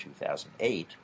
2008